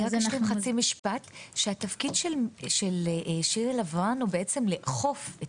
אז אני אשלים חצי משפט שהתפקיד של שירי לב רן הוא בעצם לאכוף את